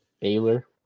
Baylor